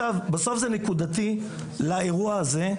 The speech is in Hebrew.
בסוף זה נקודתי לאירוע הזה,